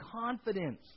confidence